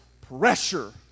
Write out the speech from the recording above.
pressure